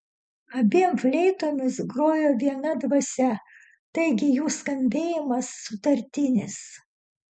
abiem fleitomis grojo viena dvasia taigi jų skambėjimas sutartinis